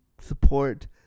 support